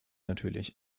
natürlich